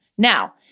Now